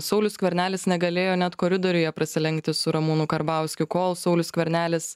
saulius skvernelis negalėjo net koridoriuje prasilenkti su ramūnu karbauskiu kol saulius skvernelis